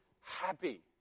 happy